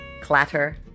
clatter